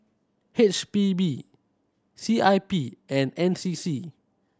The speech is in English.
H P B C I P and N C C